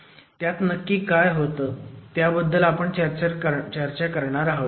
त्यात नक्की काय होतं त्याबद्दल आपण चर्चा करणार आहोत